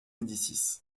médicis